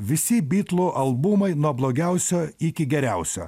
visi bitlų albumai nuo blogiausio iki geriausio